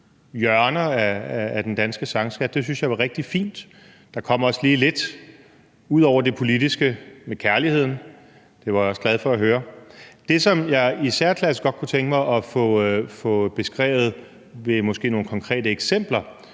hjørner af den danske sangskat – det synes jeg var rigtig fint. Der kom også lige lidt ud over det politiske, nemlig kærligheden – det var jeg også glad for at høre. Det, som jeg i særklasse godt kunne tænke mig at få beskrevet med måske nogle konkrete eksempler,